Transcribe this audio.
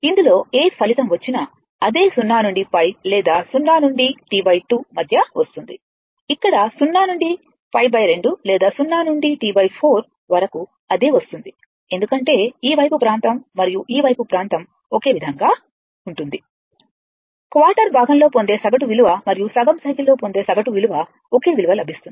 ఇందులో ఏ ఫలితం వచ్చినా అదే 0 నుండి π లేదా 0 నుండి T 2 మధ్య వస్తుంది ఇక్కడ 0 నుండి π 2 లేదా 0 నుండి T4 వరకు అదే వస్తుంది ఎందుకంటే ఈ వైపు ప్రాంతం మరియు ఈ వైపు ప్రాంతం ఒకే విధంగా ఉంటుంది క్వార్టర్ భాగంలో పొందే సగటు విలువ మరియు సగం సైకిల్ లో పొందే సగటు విలువ ఒకే విలువ లభిస్తుంది